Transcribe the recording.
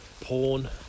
porn